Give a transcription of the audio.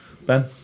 Ben